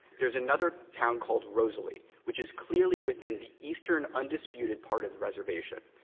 there's another town called rosalie, which is clearly within the eastern undisputed part of the reservation.